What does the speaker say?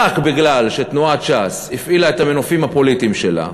רק מפני שתנועת ש"ס הפעילה את המנופים הפוליטיים שלה,